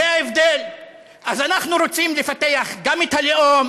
אז אנחנו רוצים לפתח גם את הלאום,